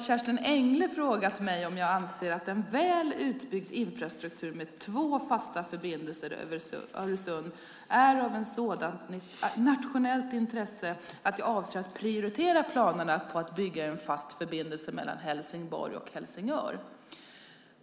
Kerstin Engle har frågat mig om jag anser att en väl utbyggd infrastruktur med två fasta förbindelser över Öresund är av ett sådant nationellt intresse att jag avser att prioritera planerna på att bygga en fast förbindelse mellan Helsingborg och Helsingör.